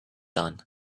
done